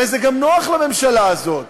הרי זה גם נוח לממשלה הזאת,